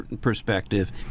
perspective